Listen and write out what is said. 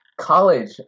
college